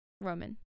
roman